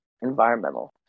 environmental